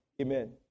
amen